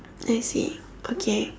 let's say okay